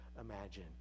imagine